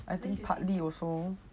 I think partly also